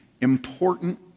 important